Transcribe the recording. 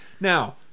Now